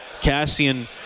Cassian